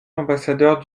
ambassadeur